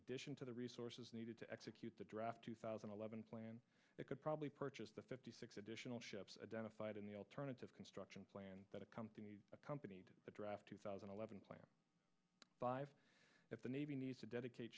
addition to the resources needed to execute the draft two thousand and eleven plan it could probably purchase the fifty six additional ships identified in the alternative construction plan that accompanied accompanied the draft two thousand and eleven point five that the navy needs to dedicate